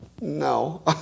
No